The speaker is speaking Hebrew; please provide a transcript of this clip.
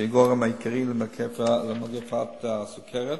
שהיא הגורם העיקרי למגפת הסוכרת,